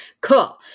Cool